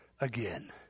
again